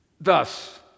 Thus